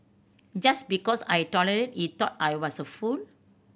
just because I tolerated he thought I was a fool